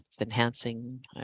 enhancing